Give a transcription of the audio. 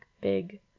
big